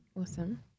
Awesome